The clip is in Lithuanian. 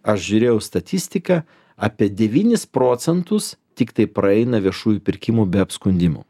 aš žiūrėjau statistiką apie devynis procentus tiktai praeina viešųjų pirkimų be apskundimų